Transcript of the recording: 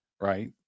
right